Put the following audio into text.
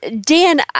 Dan